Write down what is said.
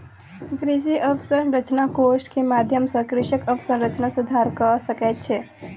कृषि अवसंरचना कोष के माध्यम सॅ कृषक अवसंरचना सुधार कय सकै छै